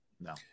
No